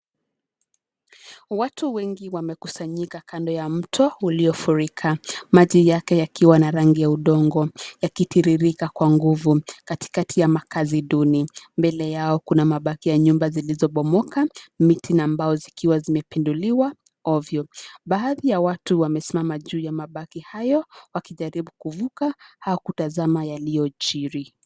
Watu wengi wamekusanyika kando ya mto uliofurika maji yake yakiwa na rangi ya udongo yakitiririka kwa nguvu katikati ya makazi duni, mbele yao kuna mabaki ya nyumba zilizobomoka miti na bao zikiwa zimepinduliwa ovyo baadhi ya watu kadhaa wamesimama juu ya mabaki hiyo wakijaribu kuvuka au kutazama yaliyojiri.